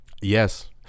Yes